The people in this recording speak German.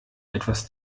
etwas